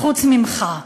חוץ ממך.